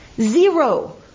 Zero